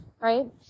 right